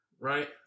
Right